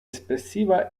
espressiva